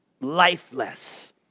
lifeless